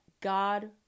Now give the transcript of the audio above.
God